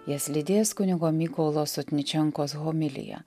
jas lydės kunigo mykolo sotničenkos homilija